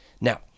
Now